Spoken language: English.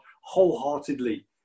wholeheartedly